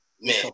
man